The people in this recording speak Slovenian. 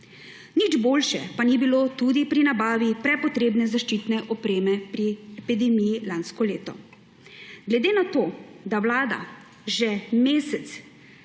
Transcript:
Nič boljše pa ni bilo tudi pri nabavi prepotrebne zaščitne opreme pri epidemiji lansko leto. Glede na to, da Vlada že mesec